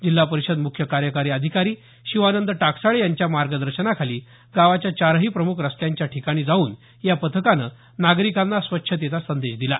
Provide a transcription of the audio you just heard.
जिल्हा परिषद मुख्य कार्यकारी अधिकारी शिवानंद टाकसाळे यांच्या मार्गदर्शनाखाली गावाच्या चारही प्रमुख रस्त्यांच्या ठिकाणी जाऊन या पथकानं नागरिकांना स्वच्छतेचा संदेश दिला